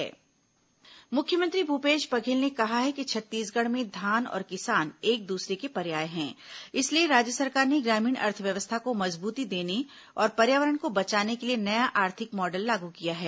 मुख्यमंत्री बेंगलुरू मुख्यमंत्री भूपेश बघेल ने कहा है कि छत्तीसगढ़ में धान और किसान एक दूसरे के पर्याय है इसलिए राज्य सरकार ने ग्रामीण अर्थव्यवस्था को मजबूती देने और पर्यावरण को बचाने के लिए नया आर्थिक मॉडल लागू किया है